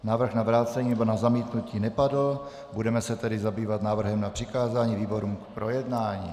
Návrh na vrácení nebo na zamítnutí nepadl, budeme se tedy zabývat návrhem na přikázání výborům k projednání.